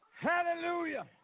Hallelujah